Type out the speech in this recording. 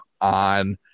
on